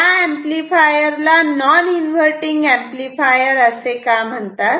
या एम्पलीफायर ला non inverting amplifier असे का म्हणतात